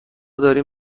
داریم